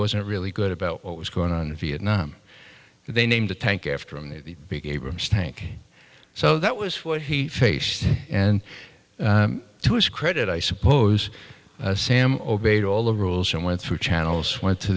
wasn't really good about what was going on in vietnam they named the tank after the big abrams tank so that was what he faced and to his credit i suppose sam obeyed all the rules and went through channels went to